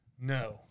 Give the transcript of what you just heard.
no